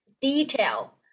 detail